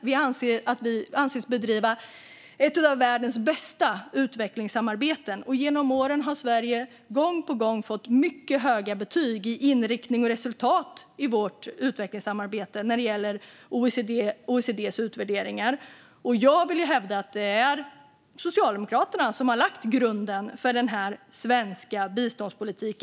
Vi anses bedriva ett av världens bästa utvecklingssamarbeten. Genom åren har vi i Sverige gång på gång fått mycket höga betyg gällande inriktning och resultat i vårt utvecklingssamarbete i OECD:s utvärderingar. Jag vill hävda att det är Socialdemokraterna som har lagt grunden för denna svenska biståndspolitik.